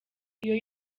iyo